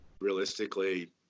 realistically